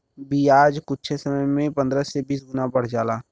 बियाज कुच्छे समय मे पन्द्रह से बीस गुना बढ़ जाला